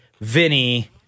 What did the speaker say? Vinny